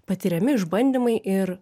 patiriami išbandymai ir